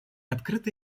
открыты